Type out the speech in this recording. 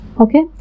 Okay